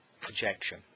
projection